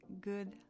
good